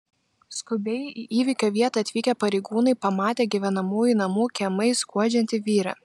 skubiai į įvykio vietą atvykę pareigūnai pamatė gyvenamųjų namų kiemais skuodžiantį vyrą